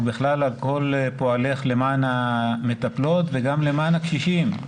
ובכלל על כל פועלך למען המטפלות וגם למען הקשישים,